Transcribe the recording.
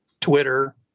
Twitter